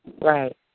Right